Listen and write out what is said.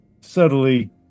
subtly